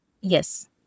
Yes